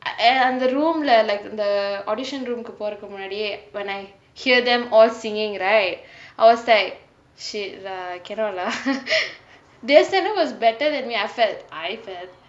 and அந்த:antha room leh like அந்த:antha audition room கு போரக்கு முன்னாடியே:ku poraku munaadiyae when I hear them all singing right I was like shit lah cannot lah their standard was better than me I felt I felt